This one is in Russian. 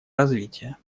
развития